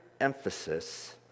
emphasis